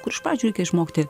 kur iš pradžių reikia išmokti